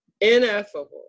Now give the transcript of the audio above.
ineffable